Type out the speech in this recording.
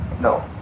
no